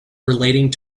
relating